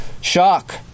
Shock